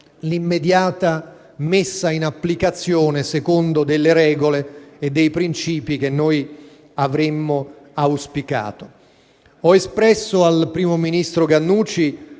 l'immediata messa in applicazione, secondo delle regole e dei principi che noi avremmo auspicato. Ho espresso al primo ministro Mohamed